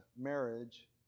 marriage